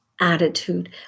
attitude